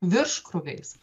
virš krūviais